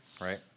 Right